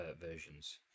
versions